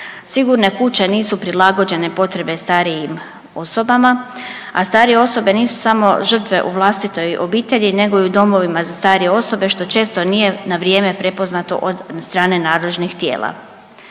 Sigurne kuće nisu prilagođene potrebe starijim osobama, a starije osobe nisu samo žrtve u vlastitoj obitelji nego i u domovima za starije osobe što često nije na vrijeme prepoznato od strane nadležnih tijela.